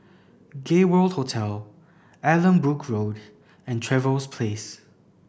Gay World Hotel Allanbrooke Road and Trevose Place